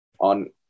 on